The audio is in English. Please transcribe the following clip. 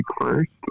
first